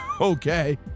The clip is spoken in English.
Okay